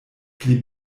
pli